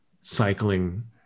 cycling